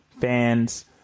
fans